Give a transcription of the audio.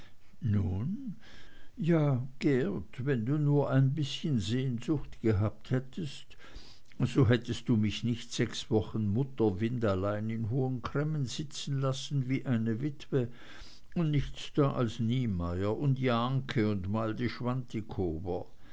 nun ja geert wenn du nur ein bißchen sehnsucht gehabt hättest so hättest du mich nicht sechs wochen mutterwindallein in hohen cremmen sitzen lassen wie eine witwe und nichts da als niemeyer und jahnke und mal die